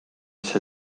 see